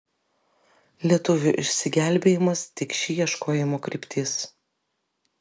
lietuvių išsigelbėjimas tik ši ieškojimų kryptis